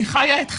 היא חיה את חייה.